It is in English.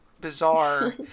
bizarre